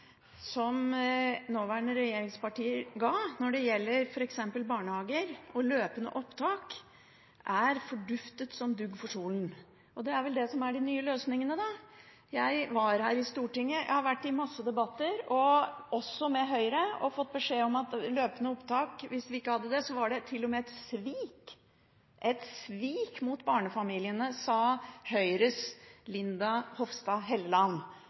som nåværende regjeringspartier ga når det gjelder f.eks. barnehager og løpende opptak, er forduftet som dugg for solen. Det er vel det som er de nye løsningene, da? Jeg har vært i masse debatter her i Stortinget, også med Høyre, og jeg har fått beskjed om at hvis man ikke fikk på plass løpende opptak, ville det til og med være et svik – et svik – mot barnefamiliene. Det sa Høyres Linda Hofstad Helleland.